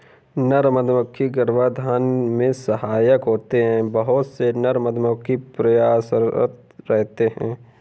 नर मधुमक्खी गर्भाधान में सहायक होते हैं बहुत से नर मधुमक्खी प्रयासरत रहते हैं